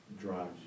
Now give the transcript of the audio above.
drives